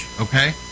okay